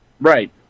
right